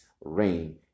rain